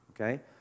Okay